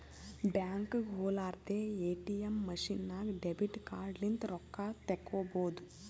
ಬ್ಯಾಂಕ್ಗ ಹೊಲಾರ್ದೆ ATM machine ನಾಗ್ ಡೆಬಿಟ್ ಕಾರ್ಡ್ ಲಿಂತ್ ರೊಕ್ಕಾ ತೇಕೊಬೋದ್